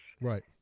Right